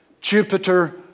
Jupiter